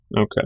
Okay